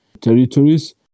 territories